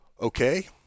okay